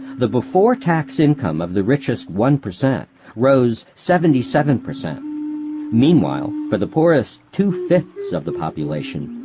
the before-tax income of the richest one percent rose seventy seven percent meanwhile, for the poorest two-fifths of the population,